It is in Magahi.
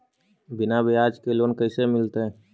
बिना ब्याज के लोन कैसे मिलतै?